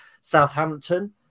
Southampton